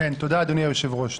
תודה, אדוני היושב-ראש.